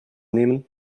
nehmen